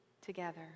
together